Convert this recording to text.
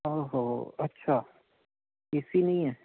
ਓ ਹੋ ਅੱਛਾ ਏ ਸੀ ਨਹੀਂ ਹੈ